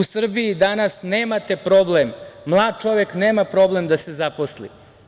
U Srbiji danas nemate problem, mlad čovek nema problem da se zaposli.